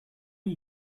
you